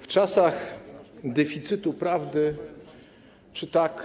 W czasach deficytu prawdy przy tak